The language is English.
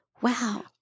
Wow